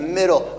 middle